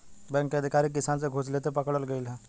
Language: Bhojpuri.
बैंक के अधिकारी किसान से घूस लेते पकड़ल गइल ह